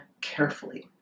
carefully